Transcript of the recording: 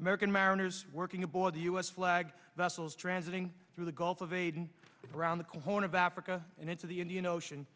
american mariners working in for the u s flag vessels transiting through the gulf of aden around the co horn of africa and into the indian ocean